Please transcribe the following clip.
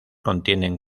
contienen